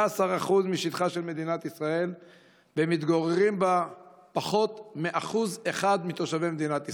19% משטחה של מדינת ישראלף ומתגוררים בה פחות מ-1% מתושבי מדינת ישראל,